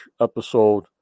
episode